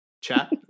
chat